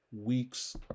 weeks